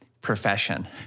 profession